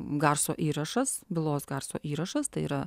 garso įrašas bylos garso įrašas tai yra